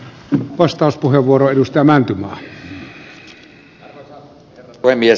arvoisa herra puhemies